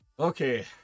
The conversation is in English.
Okay